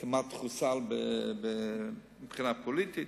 כמעט חוסל מבחינה פוליטית,